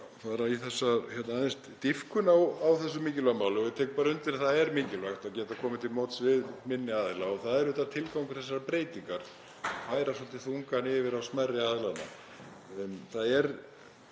fyrir að fara aðeins í dýpkun á þessu mikilvæga máli og ég tek bara undir að það er mikilvægt að geta komið til móts við minni aðila og það er auðvitað tilgangur þessarar breytingar, að færa svolítið þungann yfir á smærri aðila.